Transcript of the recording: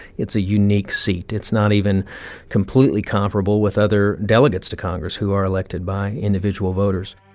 it's a unique seat. it's not even completely comparable with other delegates to congress who are elected by individual voters